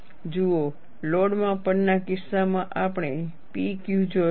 જુઓ લોડ માપન ના કિસ્સામાં આપણે P Q જોયો હતો